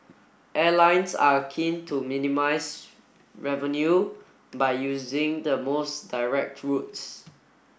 airlines are keen to minimise revenue by using the most direct routes